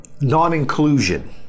non-inclusion